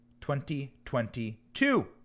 2022